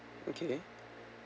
okay